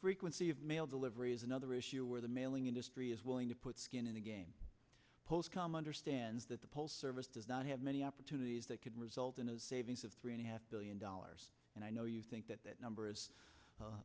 frequency of mail delivery is another issue where the mailing industry is willing to put skin in the game post com understands that the poll service does not have many opportunities that could result in a savings of three and a half billion dollars and i know you think that that number is